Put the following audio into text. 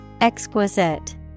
Exquisite